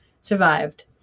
survived